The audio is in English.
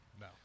No